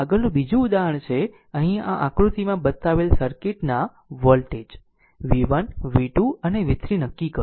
આગળનું બીજું ઉદાહરણ છે અહીં આ આકૃતિમાં બતાવેલ સર્કિટના વોલ્ટેજ v1 v2 અને v3 નક્કી કરો